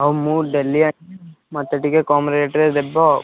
ହଉ ମୁଁ ଡେଲି ଆଣିବି ମୋତେ ଟିକିଏ କମ୍ ରେଟ୍ ରେ ଦେବ